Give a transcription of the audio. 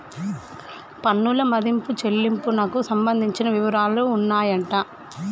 పన్నుల మదింపు చెల్లింపునకు సంబంధించిన వివరాలు ఉన్నాయంట